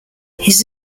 his